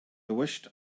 wished